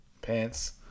pants